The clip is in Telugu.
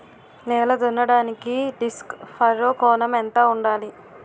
నేల దున్నడానికి డిస్క్ ఫర్రో కోణం ఎంత ఉండాలి?